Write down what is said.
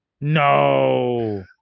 No